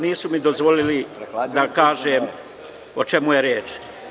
Nisu mi dozvolili da kažem o čemu je reč.